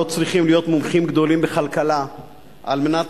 לא צריכים להיות מומחים גדולים בכלכלה על מנת